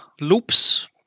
loops